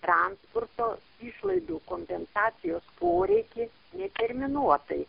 transporto išlaidų kompensacijos poreikį neterminuotai